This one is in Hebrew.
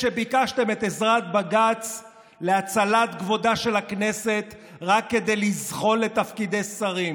שביקשתם את עזרת בג"ץ להצלת כבודה של הכנסת רק כדי לזחול לתפקידי שרים,